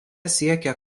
siekia